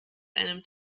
einem